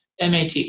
MAT